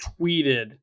tweeted